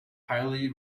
highly